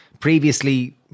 Previously